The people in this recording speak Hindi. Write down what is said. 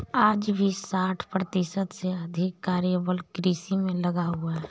आज भी साठ प्रतिशत से अधिक कार्यबल कृषि में लगा हुआ है